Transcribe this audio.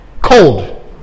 Cold